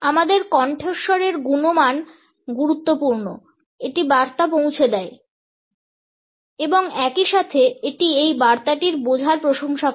আমাদের কণ্ঠস্বরের গুণমান গুরুত্বপূর্ণ এটি বার্তাটি পৌঁছে দেয় এবং একই সাথে এটি এই বার্তাটির বোঝার প্রশংসা করে